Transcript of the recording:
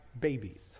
babies